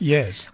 Yes